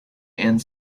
and